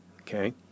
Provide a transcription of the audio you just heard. Okay